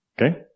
Okay